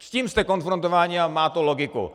S tím jste konfrontováni a má to logiku.